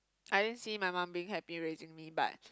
I didn't see my mum being happy raising me but